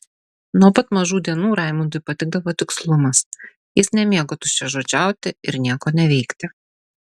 nuo pat mažų dienų raimundui patikdavo tikslumas jis nemėgo tuščiažodžiauti ir nieko neveikti